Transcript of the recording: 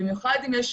במיוחד אם יש